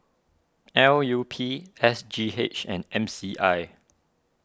L U P S G H and M C I